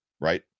right